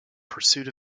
pursuit